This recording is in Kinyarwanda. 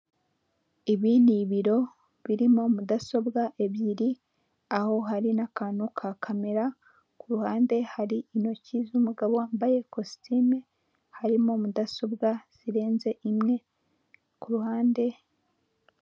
Ibi ni ibiro birimo mudasobwa ebyiri, aho hari n'akantu ka kamera, ku ruhande hari intoki z'umugabo wambaye ikositime, harimo mudasobwa zirenze imwe, ku ruhande